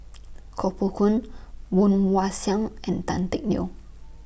Koh Poh Koon Woon Wah Siang and Tan Teck Neo